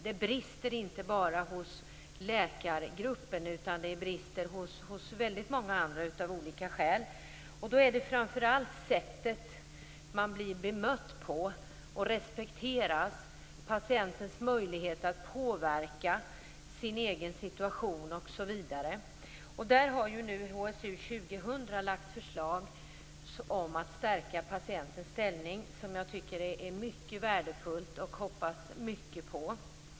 Det brister inte bara hos läkargruppen, utan det brister även hos många andra av olika skäl. Då är det framför allt sättet man blir bemött på och bristen på respekt. Det gäller också patientens möjlighet att påverka sin egen situation. HSU 2000 har nu lagt fram ett förslag om att stärka patientens ställning som jag tycker är mycket värdefullt och hoppas mycket på.